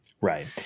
Right